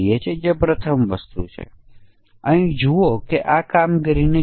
પછી આગળની વસ્તુ માન્ય અને અમાન્ય વિશે છે